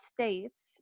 States